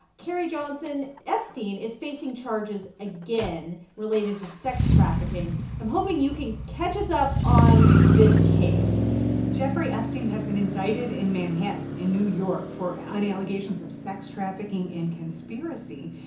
carrie johnson, epstein is facing charges again related to sex trafficking. i'm hoping you can catch us up on this case jeffrey epstein has been indicted in manhattan in new york for ah any allegations of sex trafficking and conspiracy.